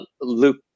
Luke